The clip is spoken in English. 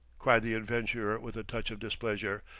cried the adventurer with a touch of displeasure.